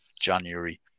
January